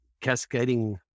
cascading